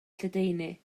lledaenu